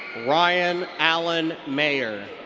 ryan allen mayer.